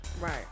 right